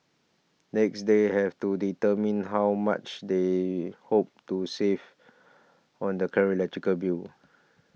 next they have to determine how much they hope to save on their current electricity bill